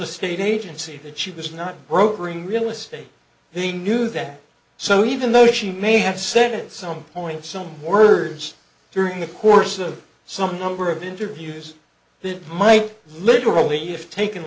estate agency that she was not brokering real estate he knew that so even though she may have said some point some words during the course of some number of interviews that might literally if taken